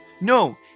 No